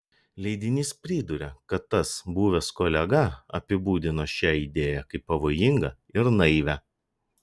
leidinys priduria kad tas buvęs kolega apibūdino šią idėją kaip pavojingą ir naivią